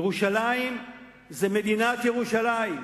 ירושלים היא מדינת ירושלים,